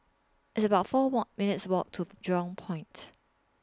It's about four Walk minutes' Walk to Jurong Point